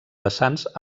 vessants